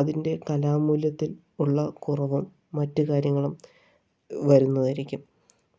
അതിൻ്റെ കലാ മൂല്യത്തിൽ ഉള്ള കുറവും മറ്റ് കാര്യങ്ങളും വരുന്നതായിരിക്കും